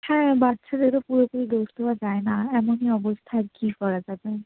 হ্যাঁ বাচ্চাদেরও পুরোপুরি দোষ দেওয়া যায় না এমনই অবস্থা আর কী করা যাবে